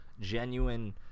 genuine